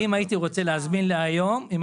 אם הייתי רוצה להזמין להיום,